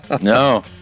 No